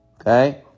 okay